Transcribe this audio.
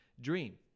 dream